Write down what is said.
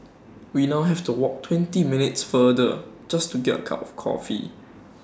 we now have to walk twenty minutes farther just to get A cup of coffee